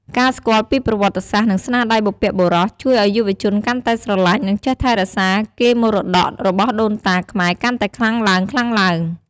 ការស្គាល់ពីប្រវត្តិសាស្ត្រ និងស្នាដៃបុព្វបុរស ជួយឲ្យយុវជនកាន់តែស្រឡាញ់ និងចេះថែរក្សាកេរមរតករបស់ដូនតាខ្មែរកាន់តែខ្លាំងឡើងៗ។